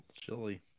Chilly